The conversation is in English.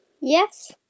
Yes